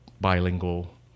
bilingual